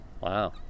Wow